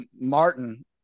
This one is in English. Martin